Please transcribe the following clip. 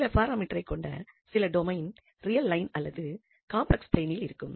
சில பாராமீட்டரைக் கொண்ட சில டொமைன் ரியல் லைன் அல்லது காம்ப்ளெக்ஸ் பிளேனில் இருக்கும்